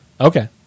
Okay